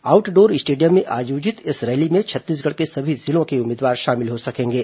outdoor stadium में आयोजित इस रैली में छत्तीसगढ़ के सभी जिले के उम्मीदवार शामिल हो सकेंगे